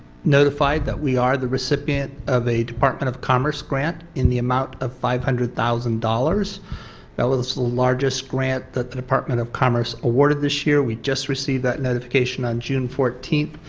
notified that we are the recipient of a department of commerce grant in the amount of five hundred thousand dollars, that was the so largest grant the department of commerce awarded this year, we just received that notification on june fourteen.